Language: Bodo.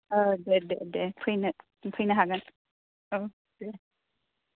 औ दे दे दे फैनो फैनो हागोन औ दे